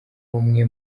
umwe